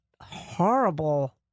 horrible